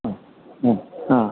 മ്മ് മ്മ് ആ